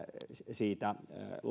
siitä